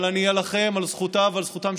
אבל אני אילחם על זכותה,